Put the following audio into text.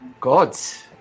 Gods